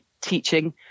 teaching